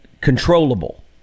controllable